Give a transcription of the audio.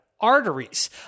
arteries